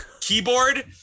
keyboard